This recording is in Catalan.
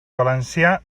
valencià